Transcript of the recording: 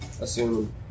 assume